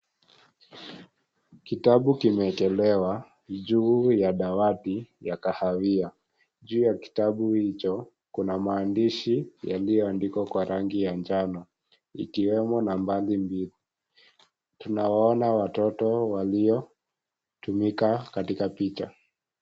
Kitabu kimeekelewa, juu ya dawati ya kahawia. Juu ya kitabu hicho, kuna maandishi yalioandikwa kwa rangi ya njano ikiwemo nambari mbili. Tunawaona watoto waliotumika katika picha.